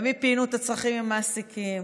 מיפינו את הצרכים עם מעסיקים,